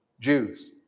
Jews